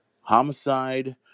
Homicide